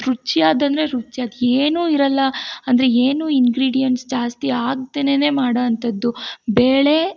ರುಚಿಯಾದ ಅಂದರೆ ರುಚಿಯಾದ ಏನೂ ಇರೋಲ್ಲ ಅಂದರೆ ಏನು ಇನ್ಗ್ರೀಡಿಯೆಂಟ್ಸ್ ಜಾಸ್ತಿ ಹಾಕ್ದೆನೆ ಮಾಡೋ ಅಂಥದ್ದು ಬೇಳೆ